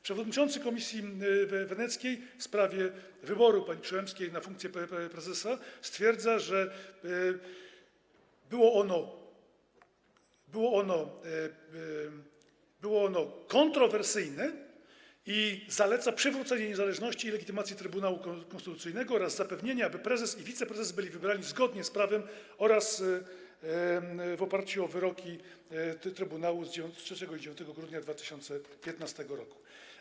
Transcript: Przewodniczący Komisji Weneckiej w sprawie wyboru pani Przyłębskiej na funkcję prezesa stwierdza, że było to kontrowersyjne, i zaleca przywrócenie niezależności i legitymacji Trybunału Konstytucyjnego oraz zapewnienie, aby prezes i wiceprezes byli wybierani zgodnie z prawem oraz w oparciu o wyroki trybunału z 3 i 9 grudnia 2015 r.